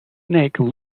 snake